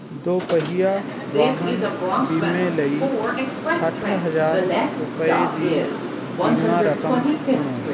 ਦੋ ਪਹੀਆ ਵਾਹਨ ਬੀਮੇ ਲਈ ਸੱਠ ਹਜ਼ਾਰ ਰੁਪਏ ਦੀ ਬੀਮਾ ਰਕਮ ਚੁਣੋ